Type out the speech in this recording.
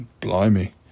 blimey